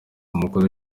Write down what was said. umukozi